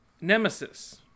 Nemesis